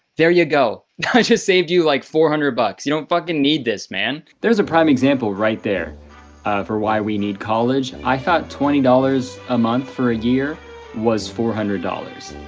there you go. i just saved you like four hundred bucks. you don't fucking need this, man. there's a prime example right there for why we need college. i thought twenty dollars a month for a year was four hundred dollars.